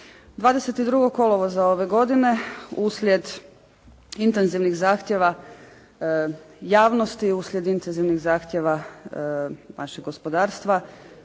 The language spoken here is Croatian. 22. kolovoza ove godine uslijed intenzivnih zahtjeva javnosti, uslijed intenzivnih zahtjeva našeg gospodarstva,